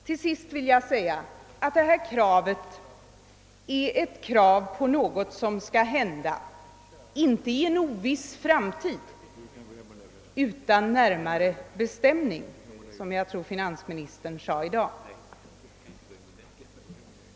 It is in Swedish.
Till sist vill jag säga att detta inte är ett krav på något som skall hända i en oviss framtid utan närmare bestämning, som jag tror finansministern uttryckte det i dag.